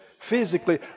Physically